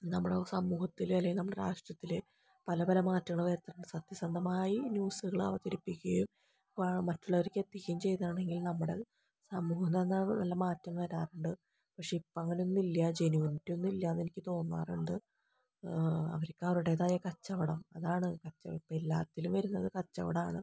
ഈ നമ്മുടെ സമൂഹത്തിലെ അല്ലെങ്കിൽ നമ്മുടെ രാഷ്ട്രത്തിലെ പല പല മാറ്റങ്ങൾ വരുന്നുണ്ട് സത്യസന്ധമായി ന്യൂസുകൾ അവതരിപ്പിക്കുകയും മറ്റുള്ളവർക്ക് എത്തിക്കുകയും ചെയ്യുന്നതാണെങ്കിൽ നമ്മുടെ സമൂഹം നന്നാവും നല്ല മാറ്റം വരാറുണ്ട് പക്ഷേ ഇപ്പം അങ്ങനെ ഒന്നുമില്ല ജനുവിനിറ്റി ഒന്നുമില്ലായെന്ന് എനിക്ക് തോന്നാറുണ്ട് അവർക്ക് അവരുടേതായ കച്ചവടം അതാണ് കച്ചവടം ഇപ്പോൾ എല്ലാത്തിലും വരുന്നത് കച്ചവടമാണ്